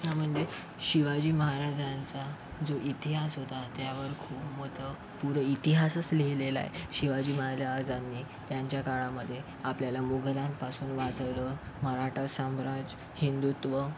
खरं म्हणजे शिवाजी महाराजांचा जो इतिहास होता त्यावर खूप मोठं पुरा इतिहासच लिहिलेला आहे शिवाजी महाराजांनी त्यांच्या काळामध्ये आपल्याला मुगलांपासून वाचवलं मराठा साम्राज्ज हिंदुत्व